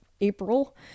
april